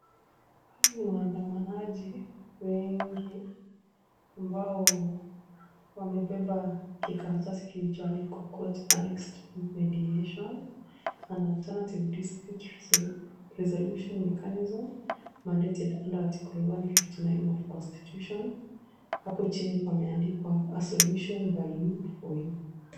Hawa ni waandamanaji wengi ambao wamebeba kikaratasi kilichoandikwa Court Annexed Mediation, an Alternative Dispute Resolution Mechanism mandated under article one of the constitution . Hapo chini pameandikwa a solution by you for you .